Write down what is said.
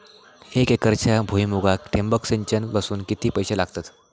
एक एकरच्या भुईमुगाक ठिबक सिंचन बसवूक किती पैशे लागतले?